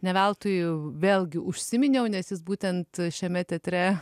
ne veltui vėlgi užsiminiau nes jis būtent šiame teatre